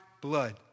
blood